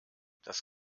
das